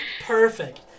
perfect